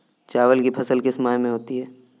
चावल की फसल किस माह में होती है?